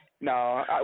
No